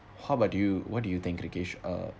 how about you what do you think rekesh uh